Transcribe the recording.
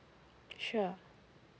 sure